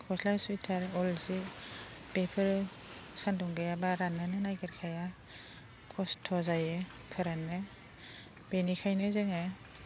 गस्ला सुइटार उल जि बेफोरो सान्दुं गैयाब्ला राननो नागिरखाया खस्थ' जायो फोराननो बेनिखायनो जोङो